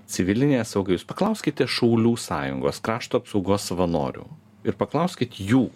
civilinė sauga jūs paklauskite šaulių sąjungos krašto apsaugos savanorių ir paklauskit jų